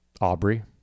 Aubrey